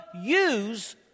use